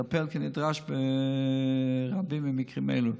לטפל כנדרש ברבים ממקרים אלה.